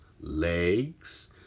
legs